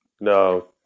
no